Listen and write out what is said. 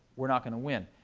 we're not going to win.